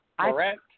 correct